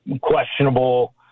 questionable